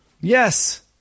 Yes